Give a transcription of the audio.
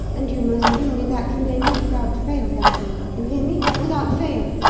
and you must bring me that remainder without fail, gaston you hear me without fail!